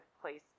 place